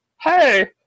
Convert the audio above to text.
hey